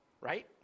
right